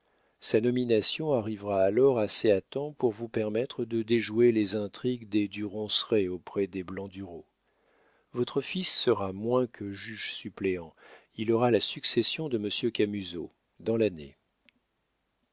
sa nomination arrivera alors assez à temps pour vous permettre de déjouer les intrigues des du ronceret auprès des blandureau votre fils sera mieux que juge-suppléant il aura la succession de monsieur camusot dans l'année